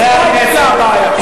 מזה התחילה הבעיה.